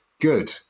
good